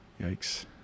Yikes